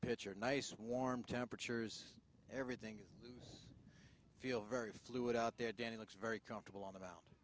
pitcher nice warm temperatures everything feel very fluid out there danny looks very comfortable on